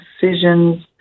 decisions